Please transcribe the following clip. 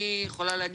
יכול להיות.